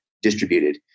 Distributed